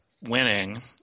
winning